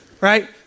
right